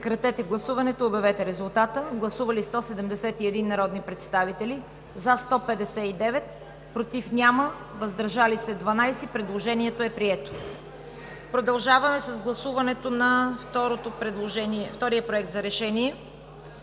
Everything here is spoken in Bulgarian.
Продължаваме с гласуването на втория Проект решение